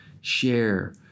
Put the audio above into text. share